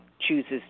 chooses